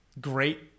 great